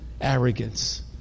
arrogance